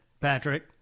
Patrick